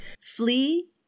Flee